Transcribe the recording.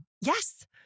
Yes